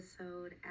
episode